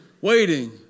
waiting